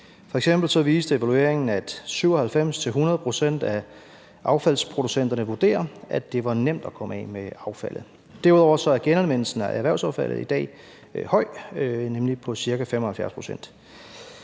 viste evalueringen, at 97-100 pct. af affaldsproducenterne vurderer, at det var nemt at komme af med affaldet. Derudover er genanvendelsen af erhvervsaffaldet i dag høj, nemlig på ca. 75